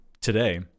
today